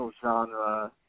genre